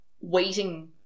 waiting